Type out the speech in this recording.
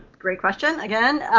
great question again.